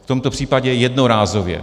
V tomto případě jednorázově.